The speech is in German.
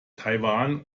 taiwan